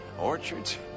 orchards